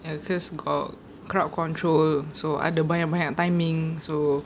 ya because got crowd control so ada banyak-banyak timing so